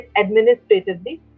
administratively